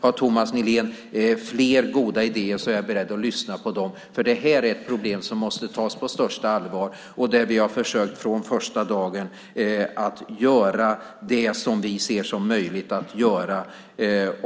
Har Thomas Nihlén fler goda idéer är jag beredd att lyssna på dem. Det här är ett problem som måste tas på största allvar. Vi har från första dagen försökt att göra det som vi ser som möjligt att göra.